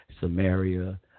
Samaria